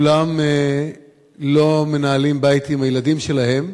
כולם לא מנהלים בית עם הילדים שלהם,